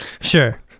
sure